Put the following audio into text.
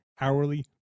hourly